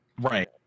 Right